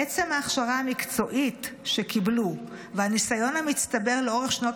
עצם ההכשרה המקצועית שקיבלו והניסיון המצטבר לאורך שנות